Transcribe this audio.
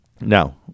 Now